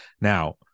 Now